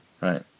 Right